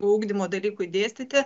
ugdymo dalykui dėstyti